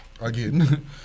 again